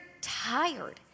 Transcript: tired